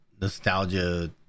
nostalgia